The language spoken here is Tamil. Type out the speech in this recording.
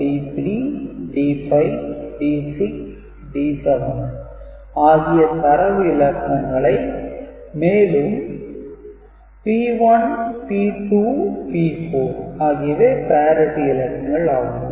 D3 D5 D6 D7 ஆகிய தரவு இலக்கங்களை மேலும் P1 P2 P4 ஆகியவை parity இலக்கங்கள் ஆகும்